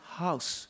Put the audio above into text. house